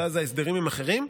שאז ההסדרים הם אחרים.